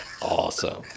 awesome